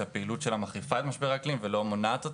שהפעילות שלה מחריפה את משבר האקלים ולא מונעת אותו,